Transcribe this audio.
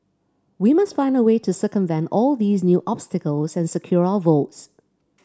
we must find a way to circumvent all these new obstacles and secure our votes